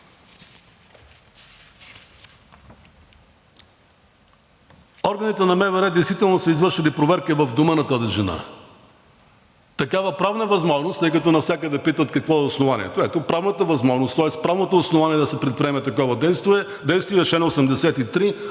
Органите на МВР действително са извършили проверка в дома на тази жена. Такава правна възможност, тъй като навсякъде питат какво е основанието – ето, правната възможност, тоест правното основание да се предприеме такова действие, е чл. 83,